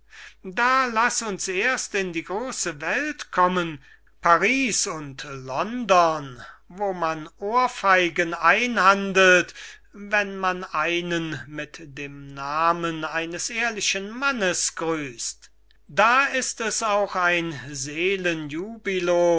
da laß uns erst in die große welt kommen paris und london wo man ohrfeigen einhandelt wenn man einen mit dem namen eines ehrlichen mannes grüßt da ist es auch ein